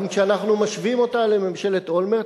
גם כשאנחנו משווים אותה לממשלת אולמרט,